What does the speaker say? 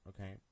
okay